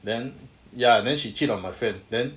then ya then she cheat on my friend then